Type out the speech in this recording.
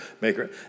maker